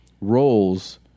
roles